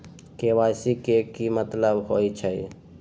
KYC के कि मतलब होइछइ?